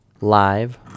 live